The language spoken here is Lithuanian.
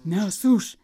mes už